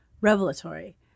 revelatory